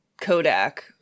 kodak